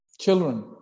children